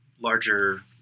larger